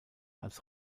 als